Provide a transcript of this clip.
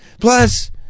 plus